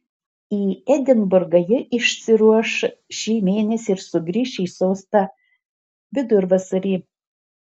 į edinburgą ji išsiruoš šį mėnesį ir sugrįš į sostą vidurvasarį